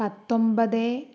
പത്തൊൻപത്